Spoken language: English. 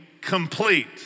complete